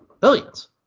billions